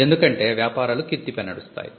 ఎందుకంటే వ్యాపారాలు కీర్తిపై నడుస్తాయి